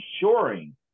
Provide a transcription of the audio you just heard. ensuring